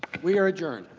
we are adjourned.